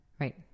right